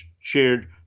shared